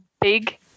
big